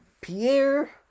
Pierre